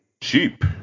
Cheap